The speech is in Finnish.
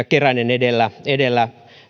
keränen edellä edellä